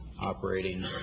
operating